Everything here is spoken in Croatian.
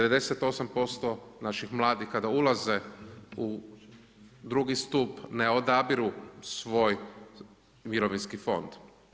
98% naših mladih kada ulaze u II. stup ne odabiru svoj mirovinski fond.